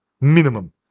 Minimum